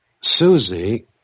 Susie